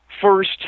First